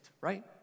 right